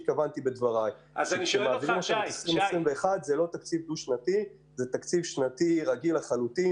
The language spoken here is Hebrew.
אז תקצבי 2021 הוא לא דו-שנתי אלא תקציב שנתי רגיל לחלוטין.